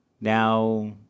Now